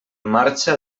marxa